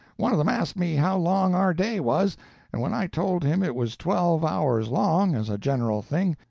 one of them asked me how long our day was and when i told him it was twelve hours long, as a general thing,